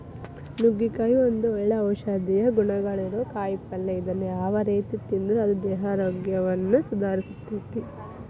ನುಗ್ಗಿಕಾಯಿ ಒಂದು ಒಳ್ಳೆ ಔಷಧೇಯ ಗುಣಗಳಿರೋ ಕಾಯಿಪಲ್ಲೆ ಇದನ್ನ ಯಾವ ರೇತಿ ತಿಂದ್ರು ಅದು ದೇಹಾರೋಗ್ಯವನ್ನ ಸುಧಾರಸ್ತೆತಿ